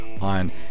on